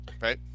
Right